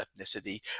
ethnicity